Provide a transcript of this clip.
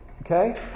Okay